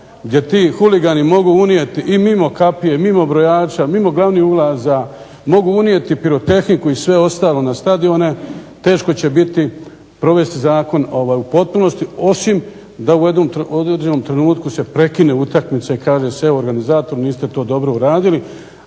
gdje ti huligani mogu unijeti i mimo kapije, mimo brojača, mimo glavnih ulaza, mogu unijeti pirotehniku i sve ostalo na stadione teško će biti provesti zakon u potpunosti, osim da u određenom trenutku se prekine utakmica i kaže se evo organizatori niste to dobro uradili.